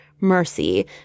Mercy